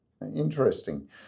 Interesting